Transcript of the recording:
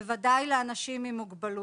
בוודאי לאנשים עם מוגבלות.